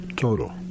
Total